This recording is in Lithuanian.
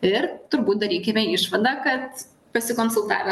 ir turbūt darykime išvadą kad pasikonsultavę